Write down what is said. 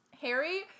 Harry